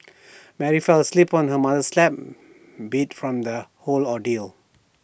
Mary fell asleep on her mother's lap beat from the whole ordeal